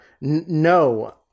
no